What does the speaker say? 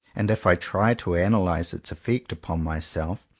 and if i try to analyze its effect upon myself,